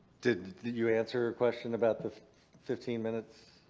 did you answer her question about the fifteen minutes?